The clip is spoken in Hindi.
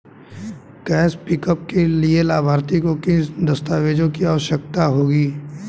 कैश पिकअप के लिए लाभार्थी को किन दस्तावेजों की आवश्यकता होगी?